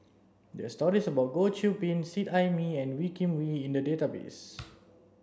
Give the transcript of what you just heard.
there are stories about Goh Qiu Bin Seet Ai Mee and Wee Kim Wee in the database